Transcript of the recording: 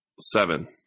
seven